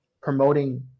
promoting